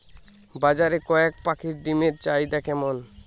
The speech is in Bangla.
বাজারে কয়ের পাখীর ডিমের চাহিদা কেমন?